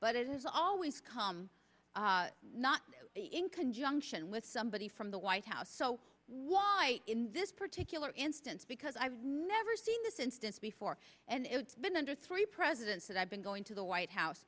but it has always come not in conjunction with somebody from the white house so why in this particular instance because i've never seen this instance before and it's been under three presidents that i've been going to the white house